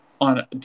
on